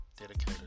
dedicated